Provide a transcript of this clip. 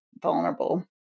vulnerable